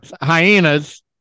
Hyenas